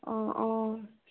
অঁ অঁ